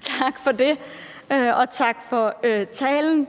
Tak for det, og tak for talen.